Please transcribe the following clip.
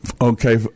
Okay